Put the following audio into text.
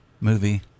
movie